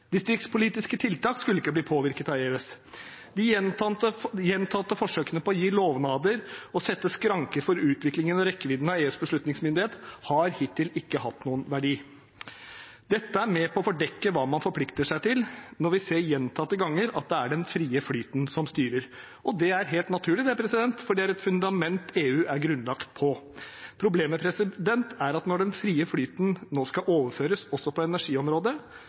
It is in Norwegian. Distriktspolitiske tiltak skulle ikke bli påvirket av EØS. De gjentatte forsøkene på å gi lovnader og sette skranker for utviklingen og rekkevidden av EUs beslutningsmyndighet har hittil ikke hatt noen verdi. Dette er med på å fordekke hva man forplikter seg til, når vi gjentatte ganger ser at det er den frie flyten som styrer – og det er helt naturlig, for det er et fundament EU er grunnlagt på. Problemet er at når den frie flyten nå skal overføres også på energiområdet,